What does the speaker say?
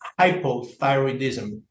hypothyroidism